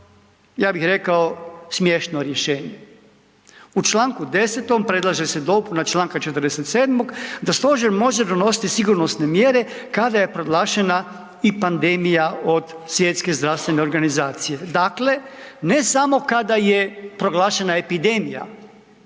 ja bih rekao, smiješno rješenje. U čl. 10. predlaže se dopuna čl. 47. da stožer može donositi sigurnosne mjere kada je proglašena i pandemija od Svjetske zdravstvene organizacije. Dakle, ne samo kada je proglašena epidemija